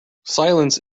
silence